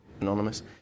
anonymous